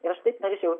ir aš taip norėčiau